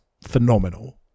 phenomenal